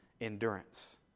endurance